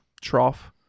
trough